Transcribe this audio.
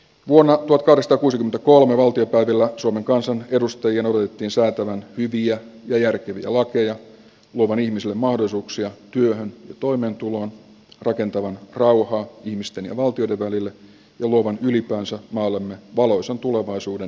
juna pakkasta kuusi kolme valtiopäivillä suomen kansan edustajana voitti saatava hyviä järkeviä lakeja luovan ihmisen mahdollisuuksia työhön toimeentuloa rakentavan rauhaa ihmisten ja valtioiden välille tuovan ylipäänsä maallemme valoisan tulevaisuuden